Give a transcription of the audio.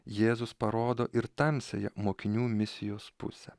jėzus parodo ir tamsiąją mokinių misijos pusę